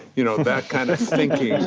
you know, that kind of thinking,